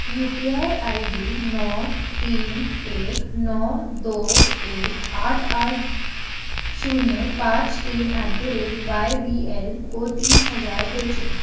you P I I D नौ तीन एक नौ दो एक आठ आठ जीरो पाँच तीन at the rate Y B L को तीस हज़ार भेजें